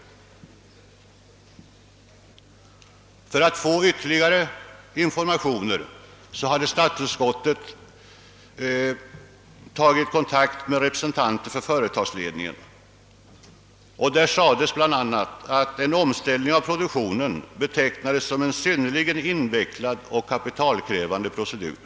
För att få ytterligare informationer hade statsutskottet tagit kontakt med representanter för företagsledningen. Det framgick då bl.a. att en omställning av produktionen finge betecknas som en synnerligen invecklad och kapitalkrävande procedur.